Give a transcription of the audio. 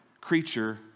creature